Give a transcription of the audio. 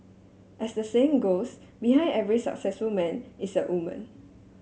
as the saying goes behind every successful man is a woman